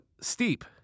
steep